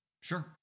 Sure